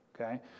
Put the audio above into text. okay